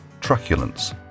Truculence